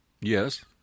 Yes